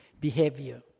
behavior